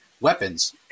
weapons